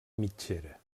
mitgera